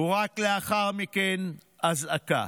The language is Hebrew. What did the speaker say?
ורק לאחר מכן אזעקה.